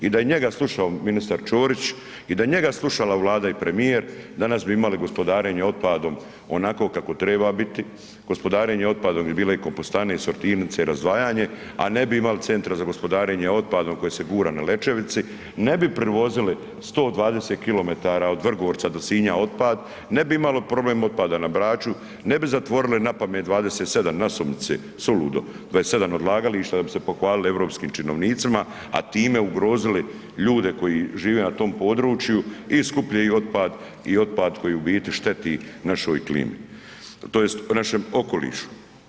I da je njega slušao ministar Ćorić i da je njega slušala Vlada i premijer danas bi imali gospodarenje otpadom onako kako treba biti, gospodarenje otpadom bi bile i kompostane i sortirnice i razdvajanje a ne bi imali centra za gospodarenje otpadom koje se gura na Lećevici, ne bi prevozili 120km od Vrgorca do Sinja otpad, ne bi imali problem otpada na Braču, ne bi zatvorili na pamet 27 nasumice, suludo, 27 odlagališta da bi se pohvalili europskim činovnicima a time ugrozili ljude koji žive na tom području i skupljaju otpad i otpad koji u biti šteti našoj klimi, tj. našem okolišu.